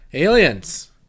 Aliens